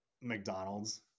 McDonald's